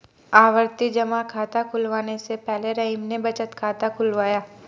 आवर्ती जमा खाता खुलवाने से पहले रहीम ने बचत खाता खुलवाया